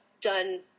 done